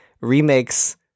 remakes